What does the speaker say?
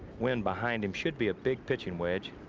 wind behind him should be a big pitching wedge.